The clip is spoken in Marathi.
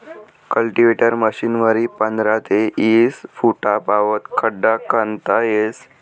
कल्टीवेटर मशीनवरी पंधरा ते ईस फुटपावत खड्डा खणता येस